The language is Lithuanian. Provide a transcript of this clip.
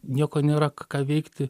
nieko nėra ką veikti